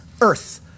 earth